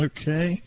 Okay